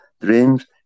dreams